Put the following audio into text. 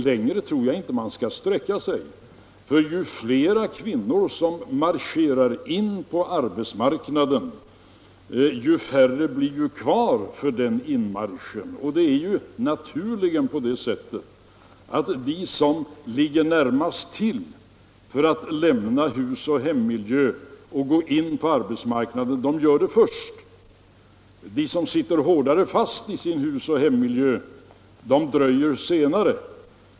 Längre tror jag inte man skall sträcka sig, för ju flera kvinnor som marscherat in på arbetsmarknaden, desto färre blir ju kvar för den fortsatta inmarschen. Det är naturligen på det sättet att de kvinnor som ligger närmast till för att lämna sin husoch hemmiljö och gå in på arbetsmarknaden gör det först, medan de som sitter hårdare fast i den dröjer längre.